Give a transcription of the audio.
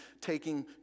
taking